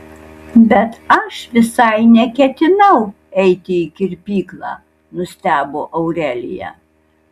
bet aš visai neketinau eiti į kirpyklą nustebo aurelija